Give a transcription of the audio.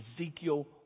Ezekiel